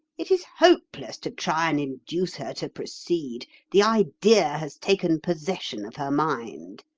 it is hopeless to try and induce her to proceed, the idea has taken possession of her mind.